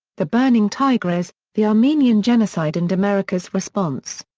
the burning tigris the armenian genocide and america's response.